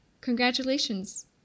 Congratulations